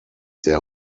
der